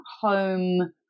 home